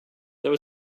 there